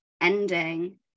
ending